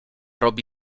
robi